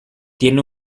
tiene